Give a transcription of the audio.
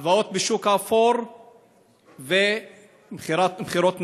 הלוואות בשוק האפור ומכירות נשק,